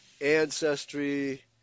ancestry